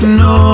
no